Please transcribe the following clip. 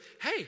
hey